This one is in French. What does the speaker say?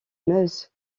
meuse